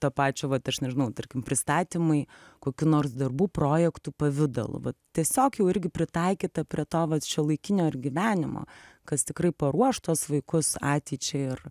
to pačio vat aš nežinau tarkim pristatymai kokių nors darbų projektų pavidalu va tiesiog jau irgi pritaikyta prie to vat šiuolaikinio ir gyvenimo kas tikrai paruoš tuos vaikus ateičiai ir